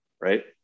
right